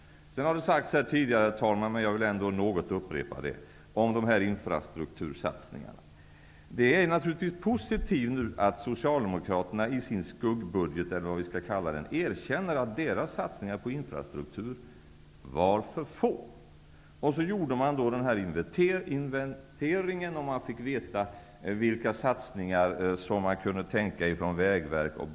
Det har här tidigare talats om infrastruktursatsningarna, men jag vill ändå något upprepa det som sagts. Det är naturligtvis positivt att Socialdemokraterna i sin skuggbudget, eller vad vi skall kalla den, erkänner att deras satsningar på infrastruktur var för få. Sedan gjorde man en inventering och fick veta vilka satsningar som Vägverket och Banverket kunde tänka sig.